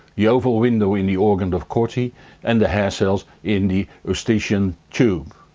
the oval window in the organ of corty and the hair cells in the eustachian tube.